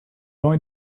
going